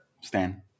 Stan